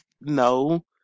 no